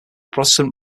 protestant